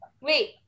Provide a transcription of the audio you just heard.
Wait